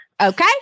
Okay